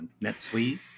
NetSuite